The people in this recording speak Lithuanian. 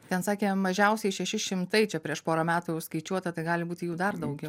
ten sakė mažiausiai šeši šimtai čia prieš porą metų jau skaičiuota tai gali būti jų dar daugiau